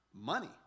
money